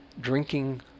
drinking